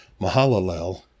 Mahalalel